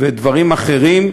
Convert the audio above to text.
ודברים אחרים,